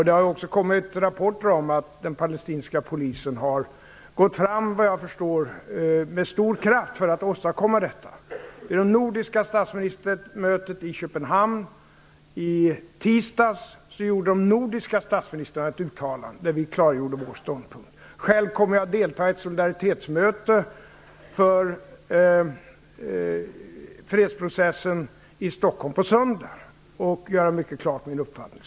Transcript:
Det har också kommit rapporter om att den palestinska polisen har gått fram, med stor kraft vad jag förstår, för att åstadkomma detta. Vid det nordiska statsministermötet i Köpenhamn i tisdags gjorde de nordiska statsministrarna ett uttalande där vi klargjorde vår ståndpunkt. Själv kommer jag att delta i ett solidaritetsmöte för fredsprocessen i Stockholm på söndag, och där göra min uppfattning mycket klar.